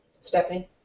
Stephanie